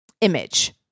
image